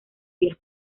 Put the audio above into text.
vías